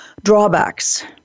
drawbacks